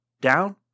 down